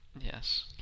Yes